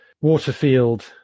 waterfield